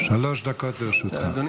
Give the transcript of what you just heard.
שלוש דקות לרשותך.